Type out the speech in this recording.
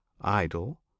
idle